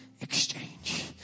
exchange